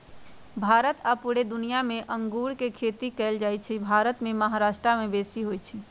भारत आऽ पुरे दुनियाँ मे अङगुर के खेती कएल जाइ छइ भारत मे महाराष्ट्र में बेशी होई छै